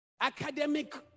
Academic